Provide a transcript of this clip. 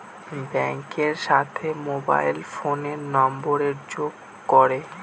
ব্যাঙ্কের সাথে মোবাইল ফোনের নাম্বারের যোগ করে